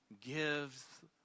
Gives